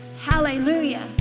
Hallelujah